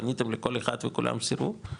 פניתם לכל אחד וכולם סירבו?